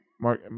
Mark